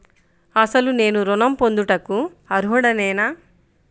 అసలు నేను ఋణం పొందుటకు అర్హుడనేన?